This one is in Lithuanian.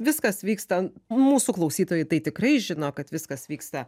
viskas vyksta mūsų klausytojai tai tikrai žino kad viskas vyksta